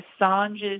Assange's